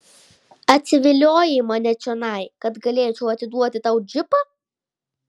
atsiviliojai mane čionai kad galėčiau atiduoti tau džipą